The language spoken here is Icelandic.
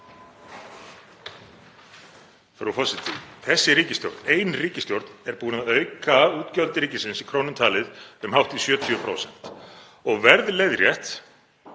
Þessi ríkisstjórn, ein ríkisstjórn, er búin að auka útgjöld ríkisins í krónum talið um hátt í 70% og verðleiðrétt